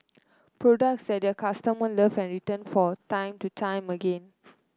products that their customer love and return for time to time again